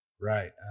Right